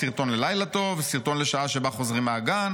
סרטון ללילה טוב וסרטון לשעה שבה חוזרים מהגן.